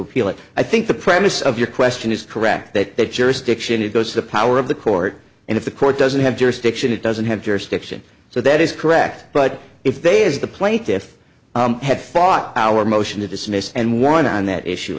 appeal it i think the premise of your question is correct that that jurisdiction it goes to the power of the court and if the court doesn't have jurisdiction it doesn't have jurisdiction so that is correct but if they as the plaintiffs had thought our motion to dismiss and won on that issue